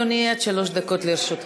בבקשה, אדוני, עד שלוש דקות לרשותך.